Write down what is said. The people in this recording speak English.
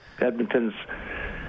edmonton's